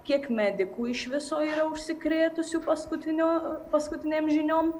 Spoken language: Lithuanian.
kiek medikų iš viso yra užsikrėtusių paskutinio paskutinėm žiniom